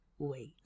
wait